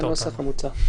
זה הנוסח המוצע.